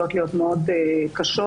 יכולות להיות מאוד קשות,